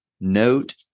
note